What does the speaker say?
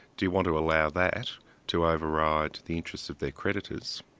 do you want to allow that to override the interests of their creditors?